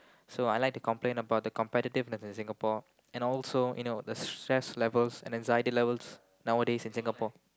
so I like to complain about the competitiveness in Singapore and also you know the stress levels and anxiety levels nowadays in Singapore